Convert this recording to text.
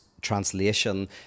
translation